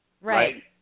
Right